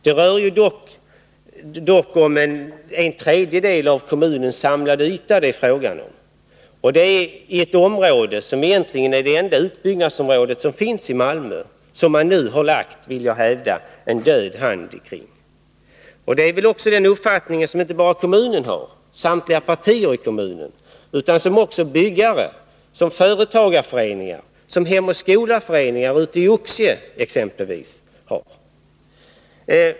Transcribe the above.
Det är ändå fråga om en tredjedel av kommunens samlade yta, och det gäller ett område som egentligen är det enda utbyggnadsområde som finns i Malmö och som man nu, vill jag hävda, lagt en död hand på. Detta är en uppfattning som inte bara samtliga partier i kommunen har. Även byggare, företagarföreningen, Hem och Skola-föreningen i Oxie har denna uppfattning.